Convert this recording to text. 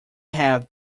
have